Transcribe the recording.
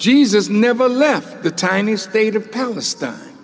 jesus never left the tiny state of palestine